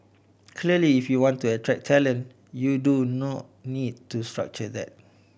clearly if you want to attract talent you do no need to structure that